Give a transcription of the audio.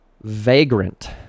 Vagrant